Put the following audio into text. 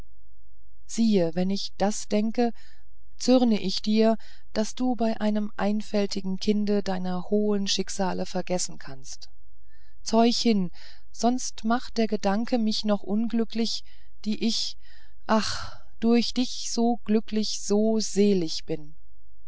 siehe wenn ich das denke zürne ich dir daß du bei einem einfältigen kinde deiner hohen schicksale vergessen kannst zeuch hin sonst macht der gedanke mich noch unglücklich die ich ach durch dich so glücklich so selig bin